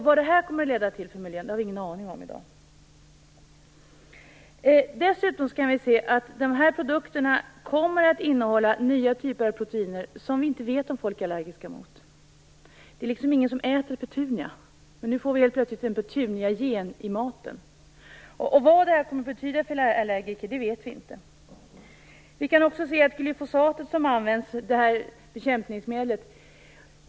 Vad detta kommer att leda till för miljön har vi ingen aning om i dag. Dessutom kan vi se att de här produkterna kommer att innehålla nya typer av proteiner, som man inte vet om folk är allergiska mot. Det är ingen som äter petunia, men nu får vi helt plötsligt en petuniagen i maten. Vad det kommer att betyda för allergiker vet vi inte. Det bekämpningsmedel som används är glyfosat.